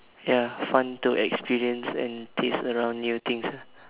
ya fun to experience and taste around new things ah